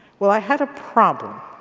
well i had a problem.